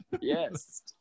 Yes